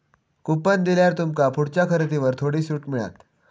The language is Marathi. कुपन दिल्यार तुमका पुढच्या खरेदीवर थोडी सूट मिळात